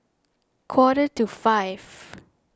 quarter to five